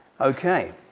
okay